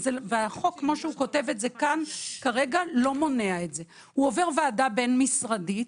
והחוק כמו שכתוב כאן כרגע לא מונע את זה: הוא עובר ועדה בין-משרדית,